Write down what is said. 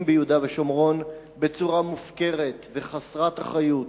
ביהודה ושומרון בצורה מופקרת וחסרת אחריות,